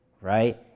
right